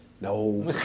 No